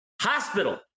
Hospital